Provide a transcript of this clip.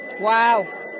Wow